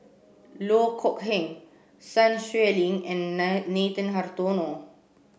Loh Kok Heng Sun Xueling and Nathan Hartono